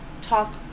talk